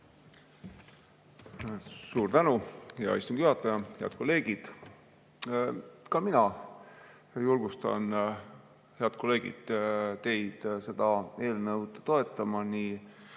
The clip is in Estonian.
Suur tänu, hea istungi juhataja! Head kolleegid! Ka mina julgustan, head kolleegid, teid seda eelnõu toetama nii